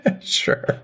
Sure